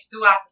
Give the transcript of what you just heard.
throughout